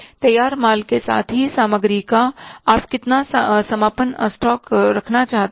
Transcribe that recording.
तैयार माल के साथ ही सामग्री का आप कितना समापन स्टॉक रखना चाहते हैं